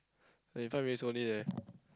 the in front really slowly leh